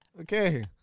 Okay